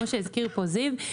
כפי שהזכיר פה זיו,